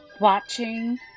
watching